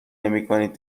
نمیکنید